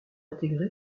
intégré